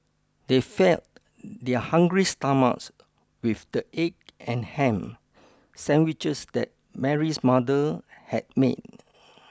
they fed their hungry stomachs with the egg and ham sandwiches that Mary's mother had made